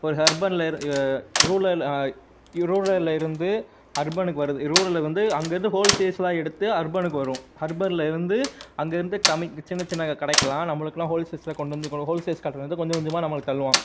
ஒரு ஹர்பனில் இர் லூலல் யு ரூரலில் இருந்து அர்பனுக்கு வருது ரூரல்லிருந்து அங்கேருந்து ஹோல்சேல்ஸ்லாம் எடுத்து அர்பனுக்கு வரும் ஹர்பனில் இருந்து அங்கேருந்து கம்மிங் சின்ன சின்ன கடைக்கெலாம் நம்மளுக்கெலாம் ஹோல்சேல்ஸில் கொண்டு வந்து ஹோல்சேல்ஸ் கடையிலேருந்து கொஞ்சம் கொஞ்சமாக நம்மளுக்கு தள்ளுவான்